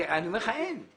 אני אומר לך שאין.